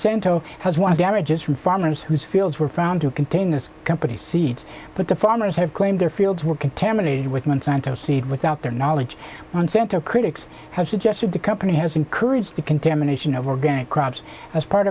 santo has one of the averages from farmers whose fields were found to contain this company's seeds but the farmers have claimed their fields were contaminated with monsanto seed without their knowledge on center critics have suggested the company has encouraged the contamination of organic crops as part